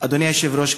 אדוני היושב-ראש,